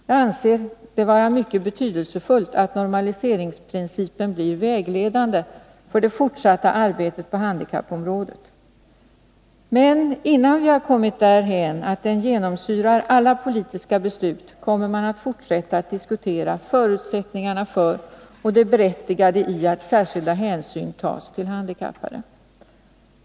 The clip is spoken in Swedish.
Jag anser det vara mycket betydelsefullt att normaliseringsprincipen blir vägledande för det fortsatta arbetet på handikappområdet. Men innan vi har kommit därhän att den genomsyrar alla politiska beslut kommer man att fortsätta att diskutera förutsättningarna för och det berättigade i att särskilda hänsyn tas till de handikappade.